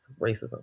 racism